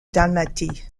dalmatie